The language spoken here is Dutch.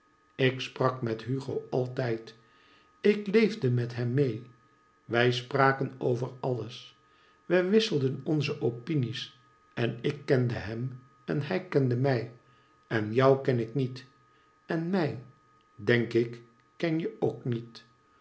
ik sprak met hugo altijd ik leefde met hem mee we spraken over alles we wisselden onze opinies en ik kende hem en hij kende mij en jou ken ik niet en mij denk ik kenje ook niet